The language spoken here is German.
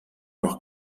doch